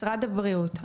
משרד הבריאות,